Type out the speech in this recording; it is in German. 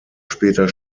später